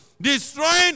destroying